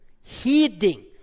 heeding